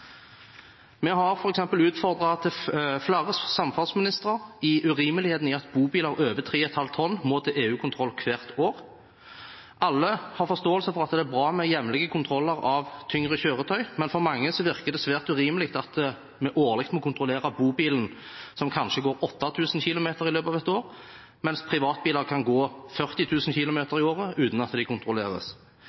Vi har f.eks. utfordret flere samferdselsministre på urimeligheten i at bobiler over 3,5 tonn må til EU-kontroll hvert år. Alle har forståelse for at det er bra med jevnlige kontroller av tyngre kjøretøy, men for mange virker det svært urimelig at man årlig må kontrollere bobilen, som kanskje går 8 000 km i løpet av et år, mens privatbiler kan gå 40 000 km i året uten at de kontrolleres.